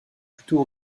plutôt